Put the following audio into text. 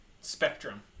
spectrum